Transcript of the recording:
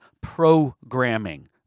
programming